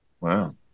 wow